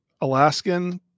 Alaskan